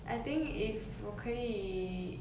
I think if 我可以